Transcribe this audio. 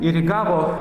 ir įgavo